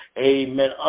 amen